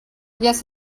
yes